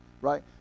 right